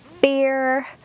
fear